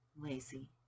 lazy